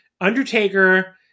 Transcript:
Undertaker